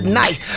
night